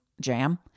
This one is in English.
jam